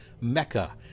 mecca